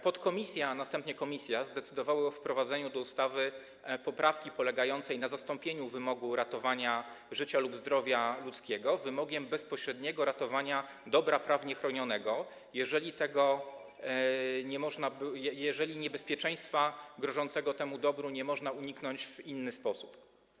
Podkomisja, a następnie komisja zdecydowały o wprowadzeniu do ustawy poprawki polegającej na zastąpieniu wymogu ratowania życia lub zdrowia ludzkiego wymogiem bezpośredniego ratowania dobra prawnie chronionego, jeżeli niebezpieczeństwa grożącego temu dobru nie można uniknąć w inny sposób.